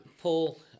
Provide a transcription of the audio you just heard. Paul